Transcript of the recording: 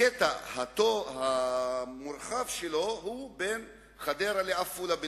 הקטע המורחב של הכביש הוא בין חדרה לעפולה בלבד,